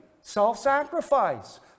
self-sacrifice